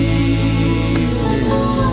evening